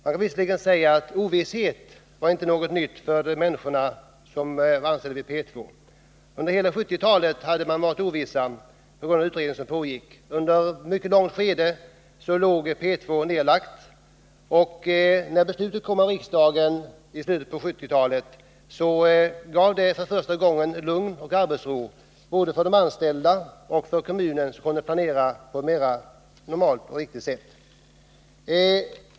Man kan visserligen säga att ovisshet inte var något nytt för dem som är anställda vid P 2. Under hela 1970-talet hade ovisshet rått på grund av en utredning som pågick. Under ett mycket långt skede var P 2 nedläggningshotat. När riksdagens beslut kom i slutet av 1970-talet blev det för första gången arbetsro både för de anställda och för kommunen, som kunde planera på ett mera normalt och riktigt sätt.